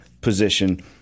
position